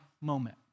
moment